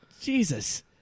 Jesus